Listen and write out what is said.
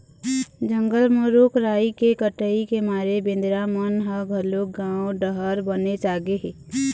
जंगल म रूख राई के कटई के मारे बेंदरा मन ह घलोक गाँव डहर बनेच आगे हे